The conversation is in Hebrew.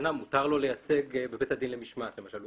שנה מותר לו לייצג בבית הדין למשמעת למשל.